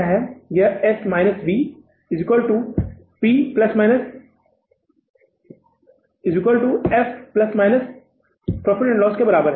यह S V F ± PL के बराबर है